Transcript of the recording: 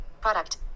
product